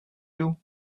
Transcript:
you